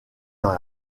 dans